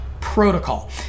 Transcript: protocol